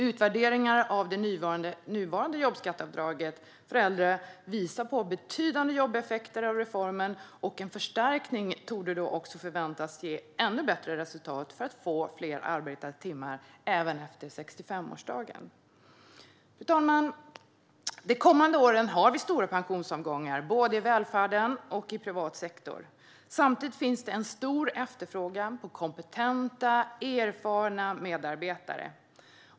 Utvärderingar av det nuvarande jobbskatteavdraget för äldre visar på betydande jobbeffekter av reformen, och en förstärkning torde ge ännu bättre resultat när det gäller att få fler arbetade timmar även efter 65-årsdagen. Fru talman! De kommande åren har vi stora pensionsavgångar, både i välfärden och i den privata sektorn. Samtidigt finns det en stor efterfrågan på kompetenta, erfarna medarbetare.